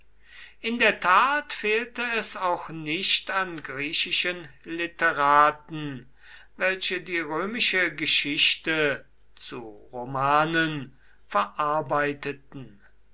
in der tat fehlte es auch nicht an griechischen literaten welche die römische geschichte zu romanen verarbeiteten